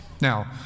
Now